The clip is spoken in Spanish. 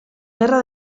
guerra